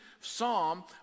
psalm